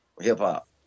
hip-hop